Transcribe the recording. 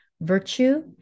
virtue